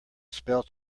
spell